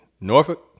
Norfolk